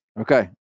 Okay